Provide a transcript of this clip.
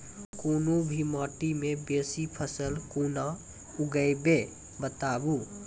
कूनू भी माटि मे बेसी फसल कूना उगैबै, बताबू?